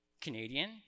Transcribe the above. Canadian